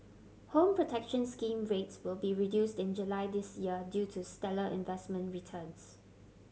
Home Protection Scheme rates will be reduced in July this year due to stellar investment returns